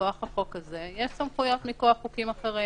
מכוח החוק הזה, יש סמכויות מכוח חוקים אחרים.